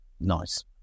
nice